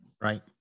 Right